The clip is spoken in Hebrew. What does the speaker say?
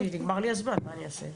כי נגמר לי הזמן, מה אני אעשה?